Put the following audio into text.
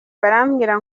barambwira